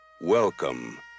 welcome